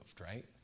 right